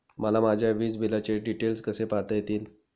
मला माझ्या वीजबिलाचे डिटेल्स कसे पाहता येतील?